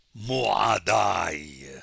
Mu'adai